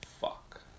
Fuck